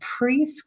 preschool